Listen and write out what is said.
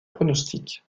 pronostic